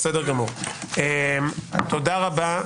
תודה רבה.